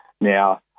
Now